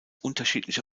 unterschiedliche